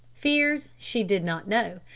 fears she did not know.